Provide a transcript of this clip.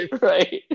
Right